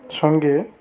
সঙ্গে